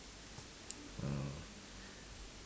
ah